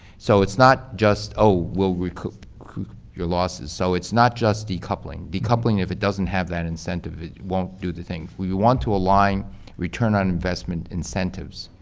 so it's not just, oh, we'll recoup your loss. so it's not just decoupling. decoupling, if it doesn't have that incentive, won't do the thing. we want to align return on investment incentives